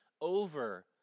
over